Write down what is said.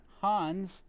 Hans